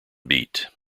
beat